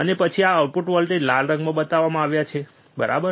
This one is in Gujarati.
અને પછી આ આઉટપુટ વોલ્ટેજ લાલ રંગમાં બતાવવામાં આવે છે બરાબર